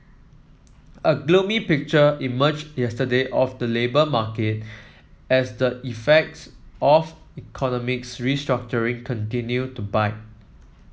a gloomy picture emerged yesterday of the labour market as the effects of economic restructuring continue to bite